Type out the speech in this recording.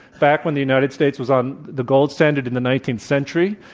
back when the united states was on the gold standard in the nineteenth century,